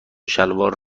شلوار